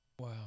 Wow